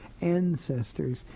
ancestors